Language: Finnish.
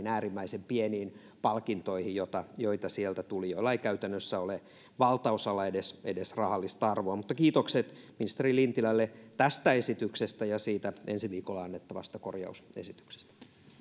äärimmäisen pieniin palkintoihin joita joita sieltä tuli joilla valtaosalla ei käytännössä ole edes edes rahallista arvoa mutta kiitokset ministeri lintilälle tästä esityksestä ja siitä ensi viikolla annettavasta korjausesityksestä